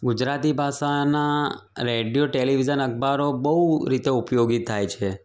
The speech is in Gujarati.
ગુજરાતી ભાષાનાં રેડિયો ટેલિવિઝન અખબારો બહુ રીતે ઉપયોગી થાય છે